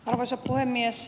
arvoisa puhemies